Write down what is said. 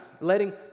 Letting